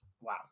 Wow